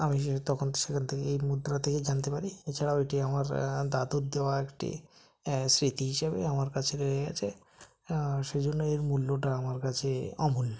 আমি যদি তখন সেখান থেকে এই মুদ্রা থেকেই জানতে পারি এছাড়াও এটি আমার দাদুর দেওয়া একটি স্মৃতি হিসাবেই আমার কাছে রয়ে গেছে সেই জন্য এর মূল্যটা আমার কাছে অমূল্য